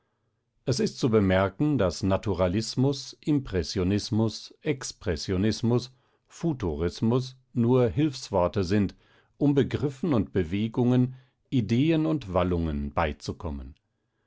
es ist zu bemerken daß naturalismus impressionismus expressionismus futurismus nur hilfsworte sind um begriffen und bewegungen ideen und wallungen beizukommen